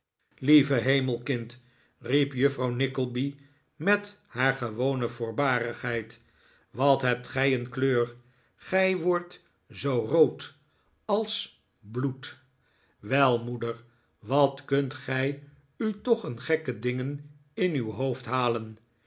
lieve hemel kind riep juffrouw nickleby met haar gewone voorbarigheid wat hebt gij een kleur gij wordt zoo rood als bloed wel moeder wat kunt gij u toch n gekke dingen in uw hoofd halen